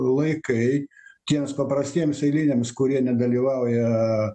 laikai tiems paprastiems eiliniams kurie nedalyvauja